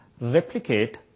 replicate